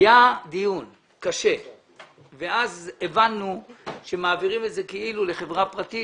היה דיון קשה ואז הבנו שמעבירים את זה כאילו לחברה פרטית